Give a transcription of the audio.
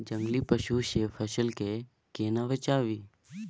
जंगली पसु से फसल के केना बचावी?